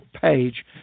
page